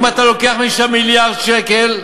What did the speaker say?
אם אתה לוקח משם מיליארד שקל,